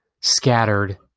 scattered